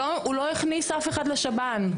הוא לא הכניס אף אחד לשב"ן.